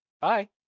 bye